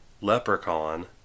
Leprechaun